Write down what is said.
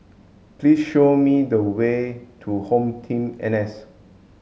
please show me the way to HomeTeam N S